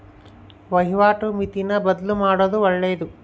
ವಹಿವಾಟು ಮಿತಿನ ಬದ್ಲುಮಾಡೊದು ಒಳ್ಳೆದು